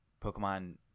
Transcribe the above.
Pokemon